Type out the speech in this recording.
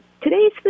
today's